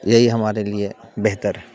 یہی ہمارے لیے بہتر ہے